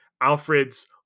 Alfred's